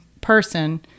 person